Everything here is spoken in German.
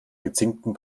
gezinkten